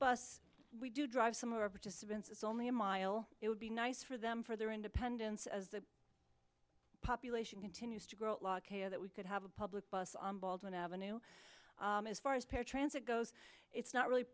bus we do drive some of our participants it's only a mile it would be nice for them for their independence as the population continues to grow that we could have a public bus on baldwin avenue as far as paratransit goes it's not really